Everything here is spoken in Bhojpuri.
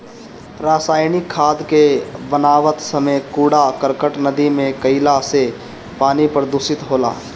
रासायनिक खाद के बनावत समय कूड़ा करकट नदी में जईला से पानी प्रदूषित होला